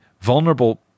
vulnerable